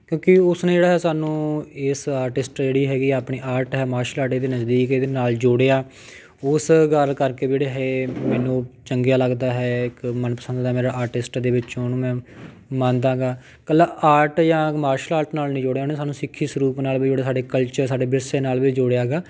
ਕਿਉਂਕਿ ਉਸਨੇ ਜਿਹੜਾ ਹੈ ਸਾਨੂੰ ਇਸ ਆਰਟਿਸਟ ਜਿਹੜੀ ਹੈਗੀ ਆਪਣੀ ਆਰਟ ਹੈ ਮਾਰਸ਼ਲ ਆਰਟ ਇਹਦੇ ਨਜ਼ਦੀਕ ਇਹਦੇ ਨਾਲ ਜੋੜਿਆ ਉਸ ਗੱਲ ਕਰਕੇ ਵੀ ਜਿਹੜੇ ਇਹ ਮੈਨੂੰ ਚੰਗਾ ਲੱਗਦਾ ਹੈ ਇੱਕ ਮਨਪਸੰਦ ਦਾ ਮੇਰਾ ਆਰਟਿਸਟ ਦੇ ਵਿੱਚੋਂ ਉਹਨੂੰ ਮੈਂ ਮੰਨਦਾ ਹੈਗਾ ਇਕੱਲਾ ਆਰਟ ਜਾਂ ਮਾਰਸ਼ਲ ਆਰਟ ਨਾਲ ਨਹੀਂ ਜੋੜਿਆ ਉਹਨੇ ਸਾਨੂੰ ਸਿੱਖੀ ਸਰੂਪ ਨਾਲ ਵੀ ਜੋੜਿਆ ਸਾਡੇ ਕਲਚਰ ਸਾਡੇ ਵਿਰਸੇ ਨਾਲ ਵੀ ਜੋੜਿਆ ਹੈਗਾ